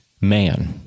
man